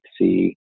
see